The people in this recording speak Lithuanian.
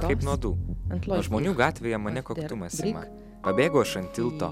kaip nuodų nuo žmonių gatvėje mane koktumas ima pabėgu aš ant tilto